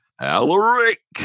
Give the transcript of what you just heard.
Alaric